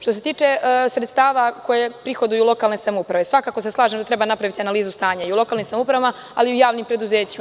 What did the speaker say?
Što se tiče sredstava koje prihoduju lokalne samouprave, svakako se slažem da treba napraviti analizu stanja i u lokalnim samoupravama ali i u javnim preduzećima.